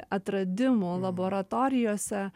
atradimų laboratorijose